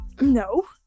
no